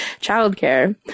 childcare